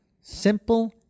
Simple